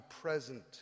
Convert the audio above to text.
present